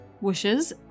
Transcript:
wishes